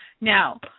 Now